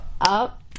up